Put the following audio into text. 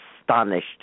astonished